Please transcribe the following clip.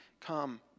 come